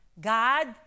God